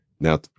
Now